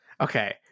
Okay